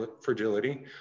Fragility